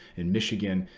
in michigan,